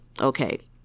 Okay